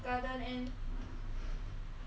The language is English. and then I can meet up with my friends